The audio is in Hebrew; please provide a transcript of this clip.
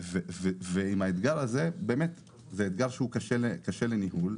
וזה אתגר שהוא באמת קשה לניהול,